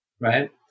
right